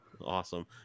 awesome